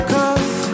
Cause